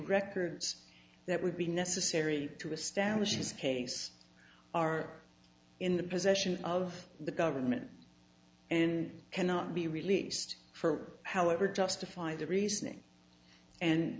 records that would be necessary to establish his case are in the possession of the government and cannot be released for however justify the reasoning and